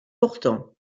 portant